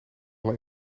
alle